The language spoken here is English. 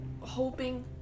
hoping